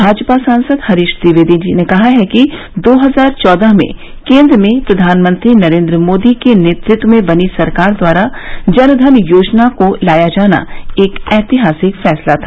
भाजपा सांसद हरीश द्विवेदी ने कहा है कि दो हजार चौदह में केन्द्र में प्रधानमंत्री नरेन्द्र मोदी के नेतृत्व में बनी सरकार द्वारा जनधन योजना को लाया जाना एक ऐतिहासिक फैसला था